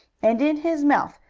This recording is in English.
and in his mouth,